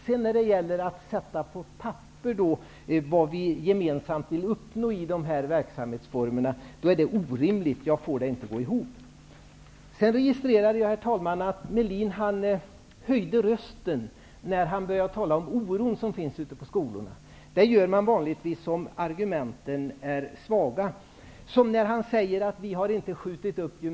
Sedan gäller det att få ned på papper vad vi gemensamt vill uppnå i de verksamhetsformerna. Då har det blivit orimligt! Jag får inte det hela att gå ihop. Jag registrerade att Ulf Melin höjde rösten när han började tala om oron i skolorna. Det gör man vanligtvis om argumenten är svaga. Ulf Melin säger att gymnasiereformen inte har skjutits upp.